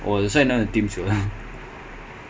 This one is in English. he was suppose to be the next big thing